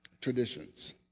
traditions